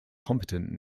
competent